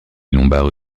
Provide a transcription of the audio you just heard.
lombards